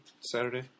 Saturday